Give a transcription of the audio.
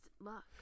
luck